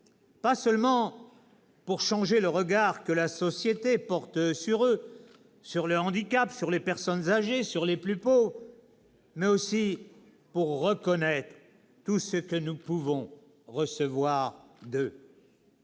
pas seulement pour changer le regard que la société porte sur eux, sur le handicap, sur les personnes âgées, sur les plus pauvres, mais aussi pour reconnaître tout ce que nous pouvons recevoir d'eux.